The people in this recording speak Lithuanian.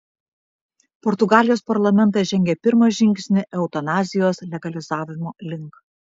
portugalijos parlamentas žengė pirmą žingsnį eutanazijos legalizavimo link